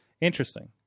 Interesting